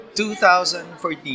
2014